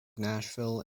nashville